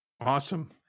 awesome